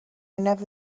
never